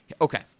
okay